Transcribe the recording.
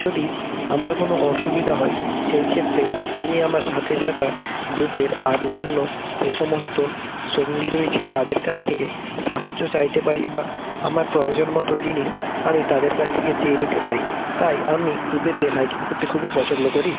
যদি আমার কোনো অসুবিদা হয় সেইক্ষেত্রে আমি আমার সাথে সাখা গ্রুপের আন্যান্য যে সমস্ত সঙ্গী রয়েছে তাদের কাছ থেকে সাহায্য চাইতে পারি বা আমার প্রয়োজন মতো জিনিস আমি তাদের কাছ থেকে চেয়ে নিতে পারি তাই আমি গ্রুপেতে হাইকিং করতে খুবই পছন্দ করি